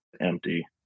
empty